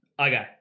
Okay